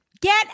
Get